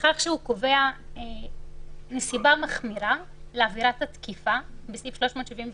בכך שהוא קובע נסיבה מחמירה לעבירת התקיפה בסעיף 379,